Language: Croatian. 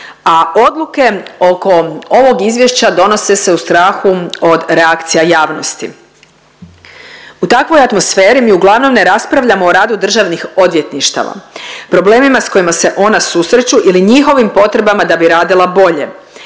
a odluke oko ovog izvješća donose se u strahu od reakcija javnosti. U takvoj atmosferi mi uglavnom ne raspravljamo o radu državnih odvjetništava, problemima s kojima se ona susreću ili njihovim potrebama da bi radila bolje,